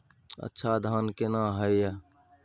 अच्छा धान केना हैय?